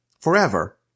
forever